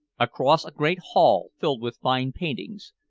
across a great hall filled with fine paintings,